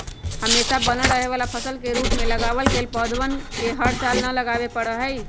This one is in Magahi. हमेशा बनल रहे वाला फसल के रूप में लगावल गैल पौधवन के हर साल न लगावे पड़ा हई